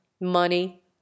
money